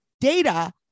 data